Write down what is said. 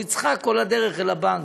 והוא יצחק כל הדרך אל הבנק,